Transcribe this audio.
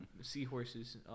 seahorses